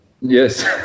Yes